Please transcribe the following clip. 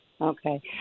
Okay